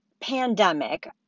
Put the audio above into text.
pandemic